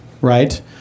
right